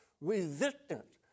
resistance